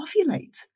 ovulate